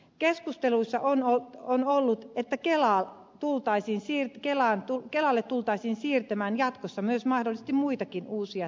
keskusteluissa on ollut että kelalle tultaisiin siirtämään jatkossa myös mahdollisesti muitakin uusia tehtäviä